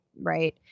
right